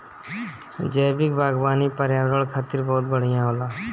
जैविक बागवानी पर्यावरण खातिर बहुत बढ़िया होला